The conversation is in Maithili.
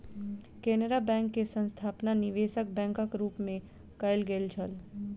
केनरा बैंक के स्थापना निवेशक बैंकक रूप मे कयल गेल छल